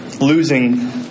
losing